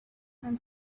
and